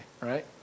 right